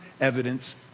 Evidence